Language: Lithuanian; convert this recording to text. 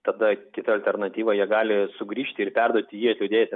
tada kita alternatyva jie gali sugrįžti ir perduoti juos lydėjusiems